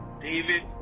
David